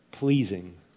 Pleasing